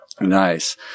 Nice